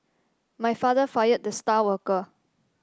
my father fired the star worker